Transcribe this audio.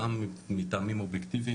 גם מטעמים אובייקטיביים,